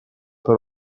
per